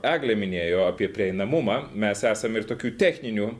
eglė minėjo apie prieinamumą mes esam ir tokių techninių